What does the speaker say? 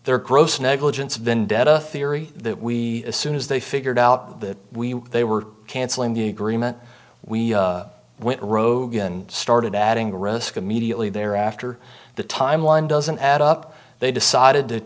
their gross negligence vendetta theory that we as soon as they figured out that we they were canceling the agreement we went rogue and started adding risk immediately thereafter the timeline doesn't add up they decided to